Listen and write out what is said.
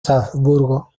salzburgo